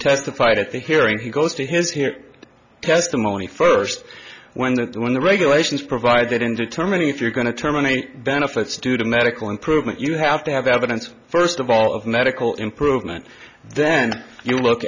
testified at the hearing he goes to his hear testimony first when the when the regulations provide that in determining if you're going to terminate benefits due to medical improvement you have to have evidence first of all of medical improvement then you look